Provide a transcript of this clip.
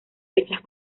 fechas